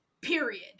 period